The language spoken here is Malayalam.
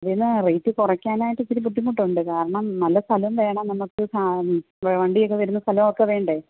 പിന്ന റേറ്റ് കുറയ്ക്കാനായിട്ട് ഇച്ചിരി ബുദ്ധിമുട്ടുണ്ട് കാരണം നല്ല സ്ഥലം വേണം നമ്മൾക്ക് വണ്ടിയൊക്കെ വരുന്ന സ്ഥലമൊക്കെ വേണ്ടേ